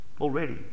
Already